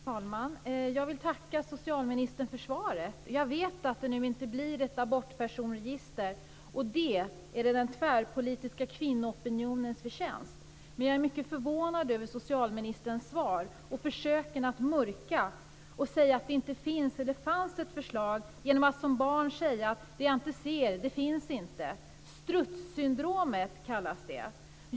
Fru talman! Jag vill tacka socialministern för svaret. Jag vet att det nu inte blir ett abortpersonregister, och det är den tvärpolitiska kvinnoopinionens förtjänst. Men jag är mycket förvånad över socialministerns svar och försöken att mörka och säga att det inte finns eller fanns ett förslag genom att som barn gör säga så här: Det jag inte ser, det finns inte. Strutssyndromet kallas det.